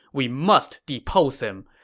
we must depose him.